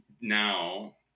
now